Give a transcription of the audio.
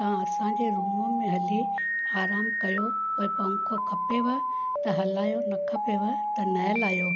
तव्हां असांजे रूम में हली आराम कयो पर पंखो खपेव त हलायो न खपेव त न हलायो